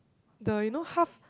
the you know half